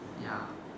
ya